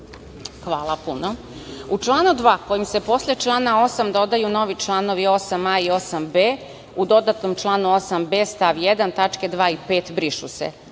Hvala puno.U članu 2. kojim se posle člana 8. dodaju novi članovi 8a i 8b, u dodatnom članu 8b stav 1. tačke 2) i 5) brišu se.